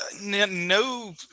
No